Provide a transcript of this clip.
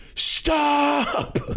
stop